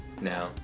now